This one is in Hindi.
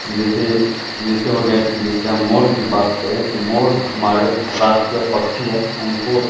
जैसे जैसे हो गया जैसे कि हम मोर की बात करें तो मोर हमारे राष्ट्रीय पक्षी है तो उनको